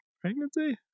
pregnancy